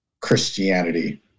christianity